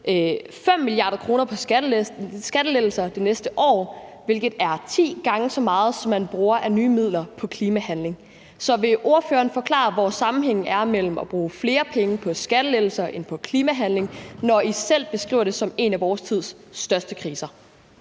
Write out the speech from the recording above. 5 mia. kr. på skattelettelser det næste år, hvilket er ti gange så meget, som man bruger af nye midler på klimahandling. Så vil ordføreren forklare, hvor sammenhængen mellem at bruge flere penge på skattelettelser end på klimahandling er, når I selv beskriver det som en af vor tids største kriser?